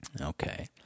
Okay